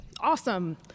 awesome